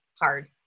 hard